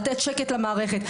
לתת שקט למערכת.